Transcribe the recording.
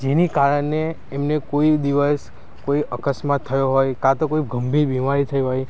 જેની કારણે એમને કોઈ દિવસ કોઈ અકસ્માત થયો હોય કાં તો કોઈ ગંભીર બીમારી થઈ હોય